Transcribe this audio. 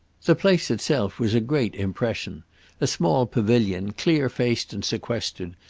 the place itself was a great impression a small pavilion, clear-faced and sequestered,